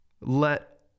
let